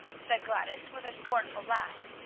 said gladys with a scornful laugh.